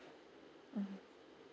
mm